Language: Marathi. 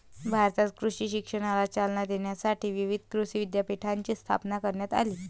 भारतात कृषी शिक्षणाला चालना देण्यासाठी विविध कृषी विद्यापीठांची स्थापना करण्यात आली